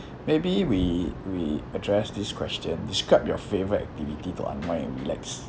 maybe we we address this question describe your favourite activity to unwind and relax